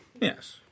Yes